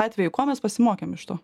atveju ko mes pasimokėm iš to